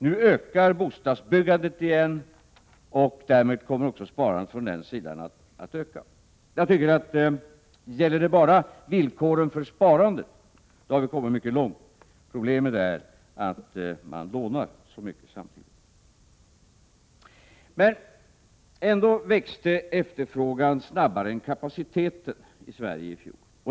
Nu ökar bostadsbyggandet igen, och därför kommer också sparandet från den sektorn att öka. Gäller det bara villkoren för sparandet har vi kommit mycket långt, men problemet är alltså att människor samtidigt lånar så mycket. I Sverige växte ändå efterfrågan snabbare än kapaciteten i fjol.